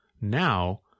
Now